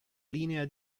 linea